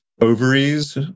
ovaries